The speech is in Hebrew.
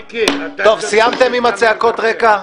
מיקי --- טוב, סיימתם את צעקות הרקע?